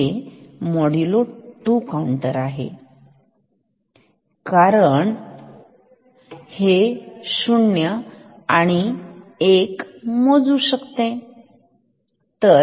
हे modulo 2 counter आहे कारण हे शून्य आणि एक मोजू शकते